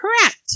correct